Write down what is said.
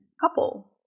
couple